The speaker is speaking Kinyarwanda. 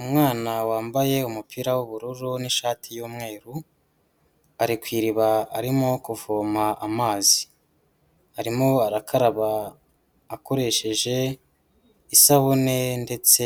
Umwana wambaye umupira w'ubururu n'ishati y'umweru, ari ku iriba arimo kuvoma amazi, arimo arakaraba akoresheje isabune ndetse